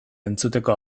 entzuteko